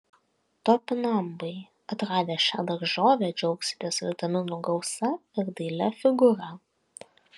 topinambai atradę šią daržovę džiaugsitės vitaminų gausa ir dailia figūra